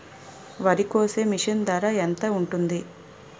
వరి కోసే మిషన్ ధర ఎంత ఉంటుంది?